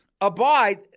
abide